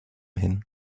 hin